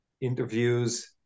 interviews